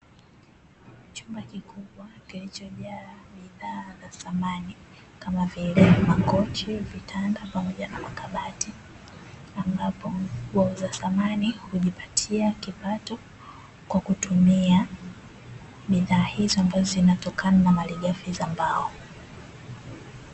Chumba kikubwa kilichojaa bidhaa za samani kama vile makochi, vitanda, pamoja na makabati. Ambapo wauza samani hujipatia kipato kwa kutumia bidhaa hizo ambazo zinatokana na malighafi za mbao.